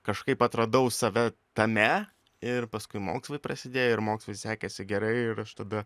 kažkaip atradau save tame ir paskui mokslai prasidėjo ir mokslai sekėsi gerai ir aš tada